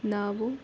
ನಾವು